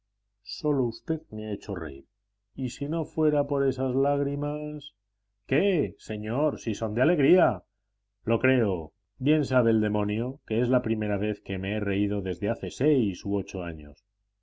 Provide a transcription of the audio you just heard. sólo usted me ha hecho reír y si no fuera por esas lágrimas qué señor si son de alegría lo creo bien sabe el demonio que es la primera vez que me he reído desde hace seis u ocho años